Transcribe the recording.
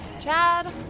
Chad